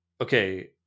okay